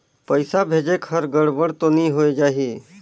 पइसा भेजेक हर गड़बड़ तो नि होए जाही?